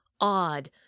odd